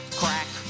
crack